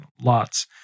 lots